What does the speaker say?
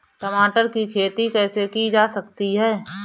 टमाटर की खेती कैसे की जा सकती है?